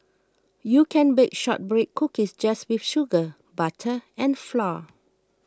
you can bake Shortbread Cookies just with sugar butter and flour